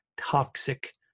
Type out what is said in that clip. toxic